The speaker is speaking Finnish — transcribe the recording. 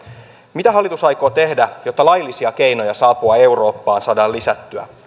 mitä hallitus aikoo tehdä jotta laillisia keinoja saapua eurooppaan saadaan lisättyä